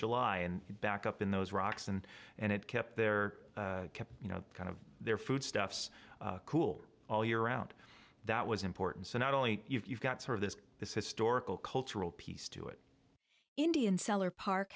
july and back up in those rocks and and it kept there kept you know kind of their foodstuffs cool all year round that was important so not only you've got sort of this this historical cultural piece to it indian seller park